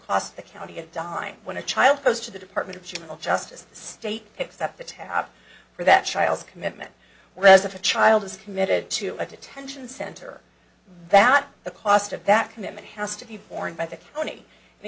cost the county a dime when a child goes to the department of juvenile justice state except the tab for that child's commitment whereas if a child is committed to a detention center that the cost of that commitment has to be borne by the county and i